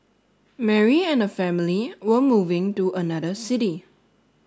Mary and her family were moving to another city